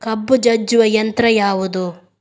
ಕಬ್ಬು ಜಜ್ಜುವ ಯಂತ್ರ ಯಾವುದು?